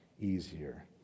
easier